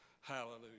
Hallelujah